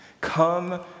come